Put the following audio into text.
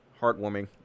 Heartwarming